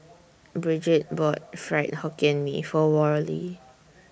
Brigid bought Fried Hokkien Mee For Worley